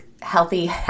Healthy